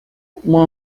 uma